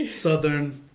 Southern